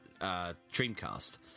dreamcast